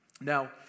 Now